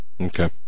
Okay